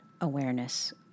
awareness